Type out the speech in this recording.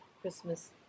Christmas